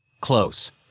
Close